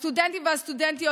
הסטודנטים והסטודנטיות,